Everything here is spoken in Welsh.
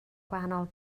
gwahanol